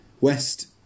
West